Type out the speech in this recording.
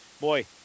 boy